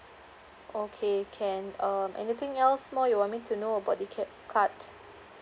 okay can um anything else more you want me to know about the capped cut